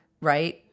right